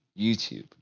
YouTube